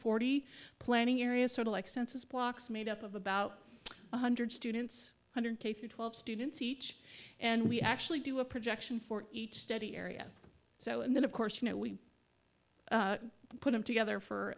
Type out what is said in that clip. forty planning areas sort of like census blocks made up of about one hundred students hundred twelve students each and we actually do a projection for each study area so and then of course you know we put them together for